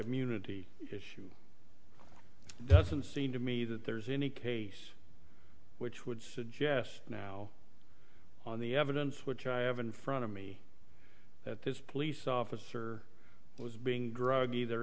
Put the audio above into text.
immunity issue doesn't seem to me that there's any case which would suggest now on the evidence which i have in front of me at this police officer was being drugged either